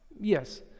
Yes